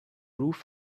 roof